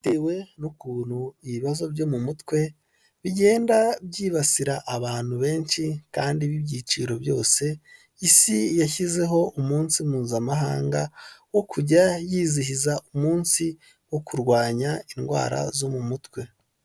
Bitewe n'ukuntu ibibazo byo mu mutwe bigenda byibasira abantu benshi kandi b'ibyiciro byose isi yashyizeho umunsi mpuzamahanga wo kujya yizihiza umunsi wo kurwanya indwara zo mu mutwe.